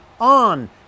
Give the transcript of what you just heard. on